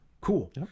Cool